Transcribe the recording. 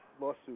lawsuit